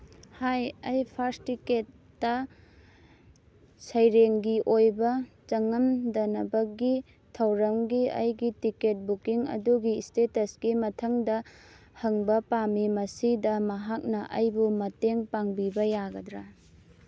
ꯍꯥꯏ ꯑꯩ ꯐꯥꯔꯁ ꯇꯤꯛꯀꯦꯠꯇ ꯁꯩꯔꯦꯡꯒꯤ ꯑꯣꯏꯕ ꯆꯪꯉꯝꯗꯅꯕꯒꯤ ꯊꯧꯔꯝꯒꯤ ꯑꯩꯒꯤ ꯇꯤꯛꯀꯦꯠ ꯕꯨꯛꯀꯤꯡ ꯑꯗꯨꯒꯤ ꯏꯁꯇꯦꯇꯁꯀꯤ ꯃꯊꯪꯗ ꯍꯪꯕ ꯄꯥꯝꯃꯤ ꯃꯁꯤꯗ ꯃꯍꯥꯛꯅ ꯑꯩꯕꯨ ꯃꯇꯦꯡ ꯄꯥꯡꯕꯤꯕ ꯌꯥꯒꯗ꯭ꯔ